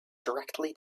directly